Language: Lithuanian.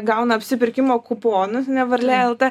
gauna apsipirkimo kuponus ne verlė lt